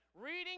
Reading